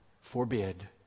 forbid